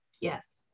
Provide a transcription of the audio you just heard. yes